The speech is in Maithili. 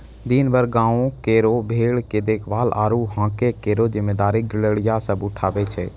दिनभर गांवों केरो भेड़ के देखभाल आरु हांके केरो जिम्मेदारी गड़ेरिया सब उठावै छै